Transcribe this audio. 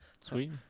Sweet